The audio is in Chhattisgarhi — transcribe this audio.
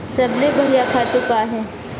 सबले बढ़िया खातु का हे?